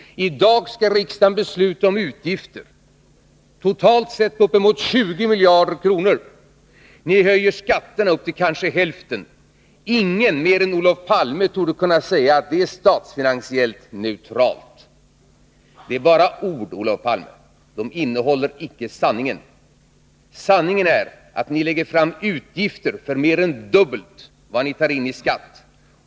I dag skall riksdagen besluta om utgifter på totalt sett uppemot 20 miljarder kronor. Ni höjer skatterna med upp till kanske hälften av detta. Ingen mer än Olof Palme torde kunna säga att det är statsfinansiellt neutralt. Det är bara ord, Olof Palme. De innehåller icke sanningen. Sanningen är att ni lägger fram förslag om utgifter som uppgår till mer än dubbelt vad ni tar in i skatt.